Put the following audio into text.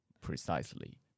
precisely